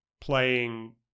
playing